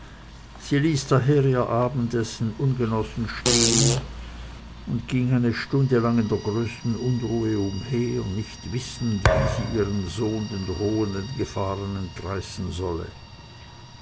sie ließ daher ihr abendessen ungenossen stehen und ging eine stunde lang in der größten unruhe umher nicht wissend wie sie ihren sohn den drohenden gefahren entreißen solle